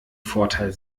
vorteil